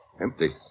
Empty